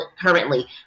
currently